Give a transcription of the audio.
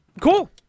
Cool